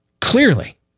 Clearly